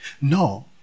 No